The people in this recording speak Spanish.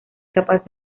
capaz